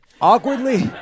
Awkwardly